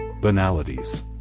banalities